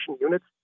units